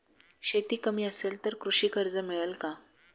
शेती कमी असेल तर कृषी कर्ज मिळेल का?